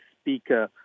speaker